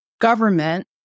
government